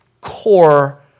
core